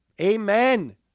Amen